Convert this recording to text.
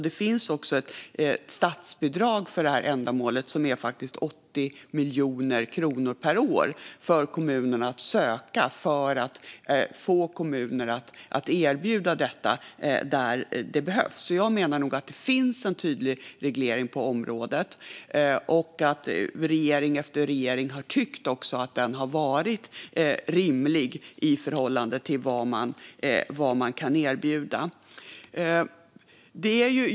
Det finns också ett statsbidrag för detta ändamål på 80 miljoner kronor per år som kommuner kan söka, detta för att de ska kunna erbjuda detta där det behövs. Jag menar därför att det finns en tydlig reglering på området. Och regering efter regering har tyckt att detta har varit rimligt i förhållande till vad som kan erbjudas.